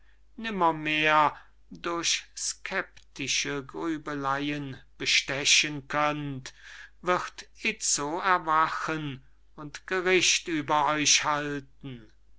nimmermehr durch skeptische grübeleyen bestechen könnt wird itzo erwachen und gericht über euch halten